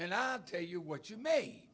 and i tell you what you may